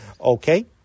okay